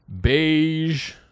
Beige